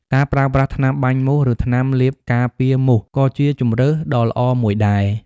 ការប្រើប្រាស់ថ្នាំបាញ់មូស ឬថ្នាំលាបការពារមូសក៏ជាជម្រើសដ៏ល្អមួយដែរ។